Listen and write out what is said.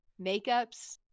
makeups